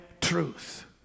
truth